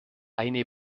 eine